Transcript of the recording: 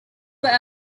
were